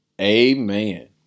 amen